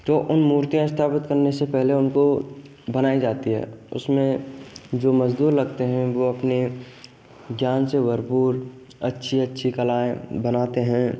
तो उन मूर्तियाँ स्थापित करने से पहले उनको बनाई जाती है उसमें जो मज़दूर लगते हैं वह अपने जान से भरपूर अच्छी अच्छी कलाएँ बनाते हैं